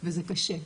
וזה קשה,